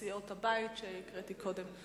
סיעות הבית, שהקראתי קודם את שמותיהן.